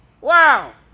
wow